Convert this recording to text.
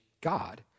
God